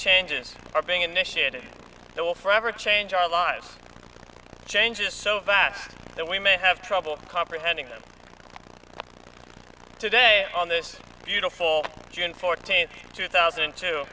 changes are being initiated that will forever change our lives changes so fast that we may have trouble comprehending that today on this beautiful june fourteenth two thousand